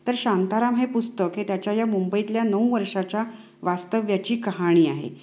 तर शांताराम हे पुस्तक हे त्याच्या या मुंबईतल्या नऊ वर्षाच्या वास्तव्याची कहाणी आहे